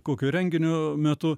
kokio renginio metu